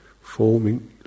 forming